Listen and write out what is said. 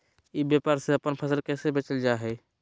ई व्यापार से अपन फसल कैसे बेचल जा हाय?